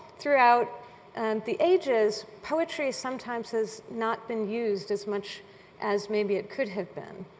throughout and the ages, poetry sometimes has not been used as much as maybe it could have been.